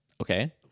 okay